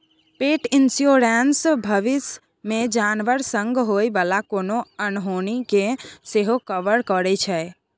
पेट इन्स्योरेन्स भबिस मे जानबर संग होइ बला कोनो अनहोनी केँ सेहो कवर करै छै